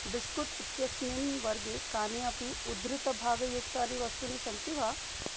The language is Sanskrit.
बिस्कुट् इत्यस्मिन् वर्गे कानि अपि उद्धृतभागयुक्तानि वस्तूनि सन्ति वा